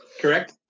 Correct